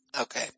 Okay